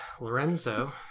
Lorenzo